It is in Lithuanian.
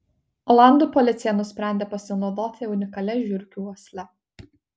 olandų policija nusprendė pasinaudoti unikalia žiurkių uosle